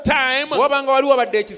time